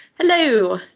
Hello